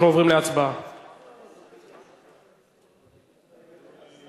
ואני מבקש מחברי הכנסת להעביר את ההצעה הזאת בתנאים שציינתי.